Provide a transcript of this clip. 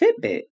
Fitbit